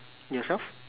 yourself